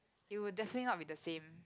it will definitely not be the same